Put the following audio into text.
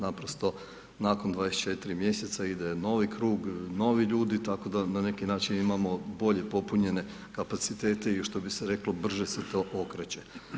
Naprosto, nakon 24 mjeseca ide novi krug, novi ljudi, tako da na neki način imamo bolje popunjene kapacitete i što bi se reklo brže se to okreće.